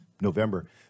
November